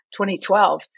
2012